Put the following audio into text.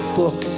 book